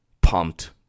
pumped